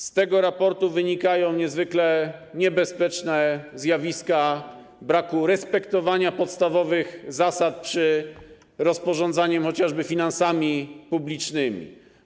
Z tego raportu wynikają niezwykle niebezpieczne zjawiska braku respektowania podstawowych zasad przy rozporządzaniu chociażby finansami publicznymi.